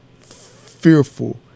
fearful